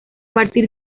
partir